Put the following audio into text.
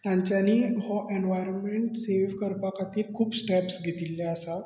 तांच्यानी हो environment save करपा खातीर खूब स्टेप घेतिल्ले आसा